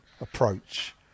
approach